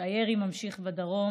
שהירי נמשך בדרום